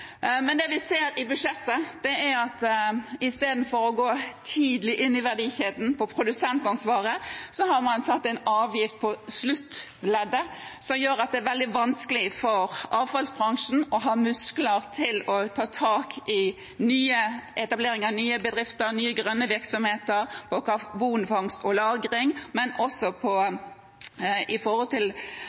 vi ser i budsjettet, er at i stedet for å gå tidlig inn i verdikjeden, ved produsentansvaret, har man satt en avgift på sluttleddet, som gjør at det er veldig vanskelig for avfallsbransjen å ha muskler til etablering av nye bedrifter, nye grønne virksomheter og karbonfangst og -lagring. Men det vi har sett i